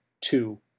two